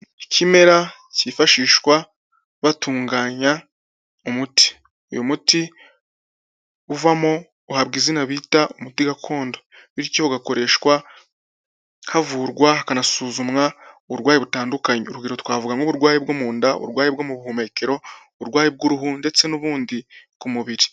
Ikimera cyifashishwa batunganya umuti. Uyu muti uvamo uhabwa izina bita umuti gakondo. Bityo ugakoreshwa havurwa, hakanasuzumwa uburwayi butandukanye. Urugero twavuga nk'uburwayi bwo mu nda, uburwayi bwo mu buhumekero, uburwayi bw'uruhu ndetse n'ubundi ku mubiri.